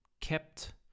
kept